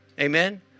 Amen